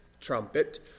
trumpet